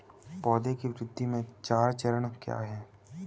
पौधे की वृद्धि के चार चरण क्या हैं?